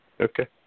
Okay